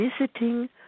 visiting